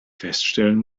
feststellen